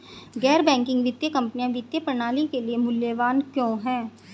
गैर बैंकिंग वित्तीय कंपनियाँ वित्तीय प्रणाली के लिए मूल्यवान क्यों हैं?